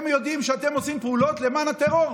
הם יודעים שאתם עושים פעולות למען הטרור.